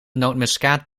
nootmuskaat